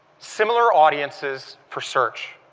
similar audiences for search.